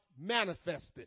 manifested